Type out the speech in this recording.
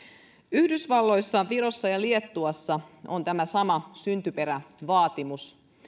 yhdysvalloissa virossa ja liettuassa on tämä sama syntyperävaatimus